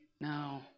No